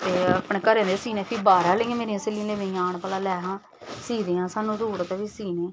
ते अपने घरेआह्ले बी सीने बाह्र आह्लें दे बी सीन लगी पे आन भला लैना सी देआं स्हानू सूट फ्ही सीने